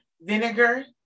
vinegar